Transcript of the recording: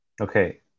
Okay